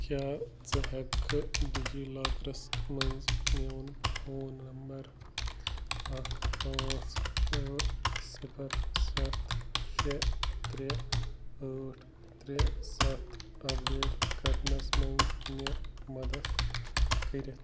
کیٛاہ ژٕ ہیٚکہِ کھا ڈی جی لاکرس منٛز میٛون فون نمبر اکھ پانٛژھ ٲٹھ صِفر سَتھ شےٚ ترٛےٚ ٲٹھ ترٛےٚ سَتھ اپڈیٹ کرنَس منٛز مےٚ مدد کٔرتھ